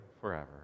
forever